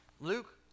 Luke